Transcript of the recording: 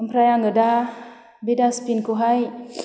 ओमफ्राय आङो दा बे डासबिनखौहाय